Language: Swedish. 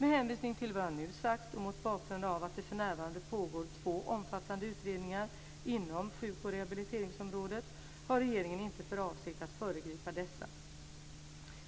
Med hänvisning till vad jag nu har sagt och mot bakgrund av att det för närvarande pågår två omfattande utredningar inom sjuk och rehabiliteringsområdet har regeringen inte för avsikt att föregripa dessa.